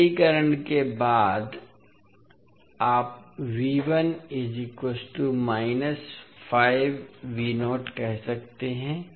सरलीकरण के बाद आप कह सकते हैं